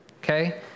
Okay